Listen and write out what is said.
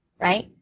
right